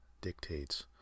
dictates